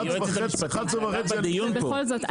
בכל זאת,